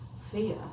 fear